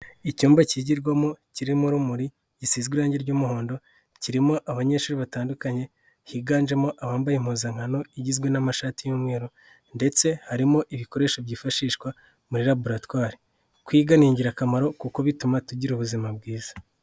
Icyumba kigirwamo kirimo urumuri gisizwe irange ry'umuhondo kirimo abanyeshuri batandukanye higanjemo abambaye impuzankano igizwe n'amashati y'umweru ndetse harimo ibikoresho byifashishwa muri laboratwari, kwiga ni ingirakamaro kuko bituma tugira ubuzima bwiza.